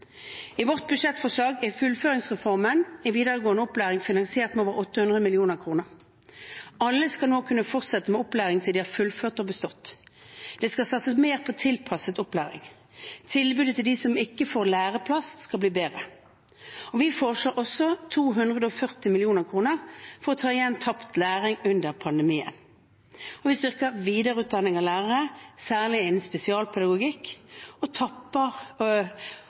I vårt budsjettforslag er fullføringsreformen i videregående opplæring finansiert med over 800 mill. kr. Alle skal nå kunne fortsette med opplæring til de har fullført og bestått. Det skal satses mer på tilpasset opplæring. Tilbudet til dem som ikke får læreplass skal bli bedre. Vi foreslår også 240 mill. kr for å ta igjen tapt læring under pandemien. Og vi styrker videreutdanning av lærere, særlig innen spesialpedagogikk, og